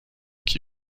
qui